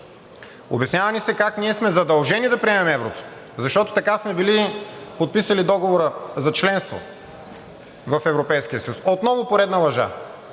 Обяснява ни се как ние сме задължени да приемем еврото, защото така сме били подписали Договора за членство в Европейския съюз. Отново поредна лъжа!